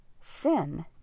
sin